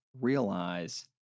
realize